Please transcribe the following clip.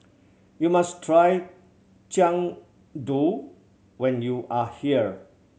you must try Jian Dui when you are here